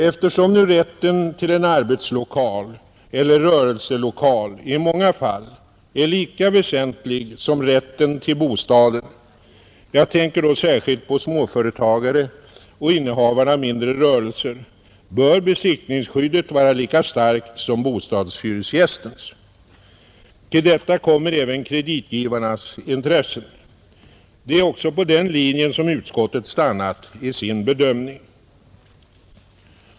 Eftersom nu rätten till en arbetslokal eller rörelselokal i många fall är lika väsentlig som rätten till bostaden — jag tänker då särskilt på småföretagare och innehavarna av mindre rörelser — bör rörelseidkarens besittningsskydd vara lika starkt som bostadshyresgästens. Till detta kommer även kreditgivarnas intressen. Det är också på den linjen som utskottet stannat i sin bedömning.